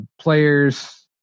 players